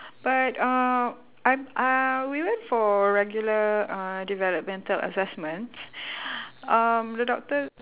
but uh I'm uh we went for regular uh developmental assessments um the doctor